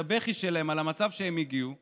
את הבכי שלהם על המצב שהם הגיעו אליו,